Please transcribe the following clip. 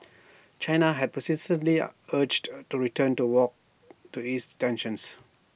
China had persistently urged A return to walks to ease tensions